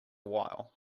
while